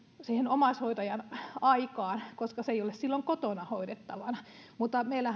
siihen omaishoitaja aikaan koska hän ei ole silloin kotona hoidettavana mutta meillähän on